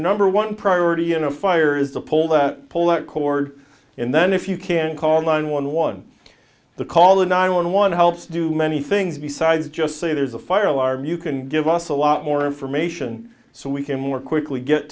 number one priority in a fire is to pull that pull that cord and then if you can call nine one one the call the nine one one helps do many things besides just say there's a fire alarm you can give us a lot more information so we can more quickly get